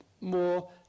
more